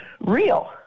real